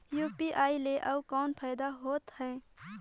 UPI ले अउ कौन फायदा होथ है?